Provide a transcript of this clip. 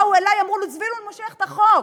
באו אלי, אמרו לי: זבולון מושך את החוק.